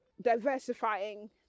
diversifying